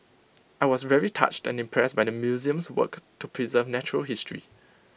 I was very touched and impressed by the museum's work to preserve natural history